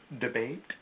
debate